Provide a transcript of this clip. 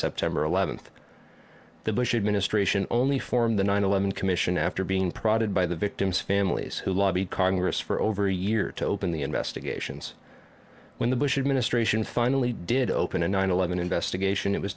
september eleventh the bush administration only formed the nine eleven commission after being prodded by the victims families who lobbied congress for over a year to open the investigations when the bush administration finally did open a nine eleven investigation it was